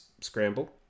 scramble